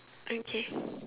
okay